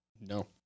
No